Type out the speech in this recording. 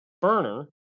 burner